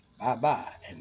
bye-bye